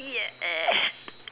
yeah